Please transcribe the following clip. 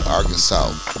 Arkansas